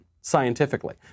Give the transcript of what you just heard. scientifically